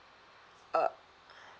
uh